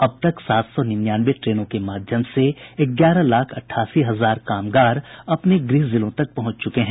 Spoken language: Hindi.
अब तक सात सौ निन्यानवे ट्रेनों के माध्यम से ग्यारह लाख अठासी हजार कामगार अपने गृह जिलों तक पहुंच चुके हैं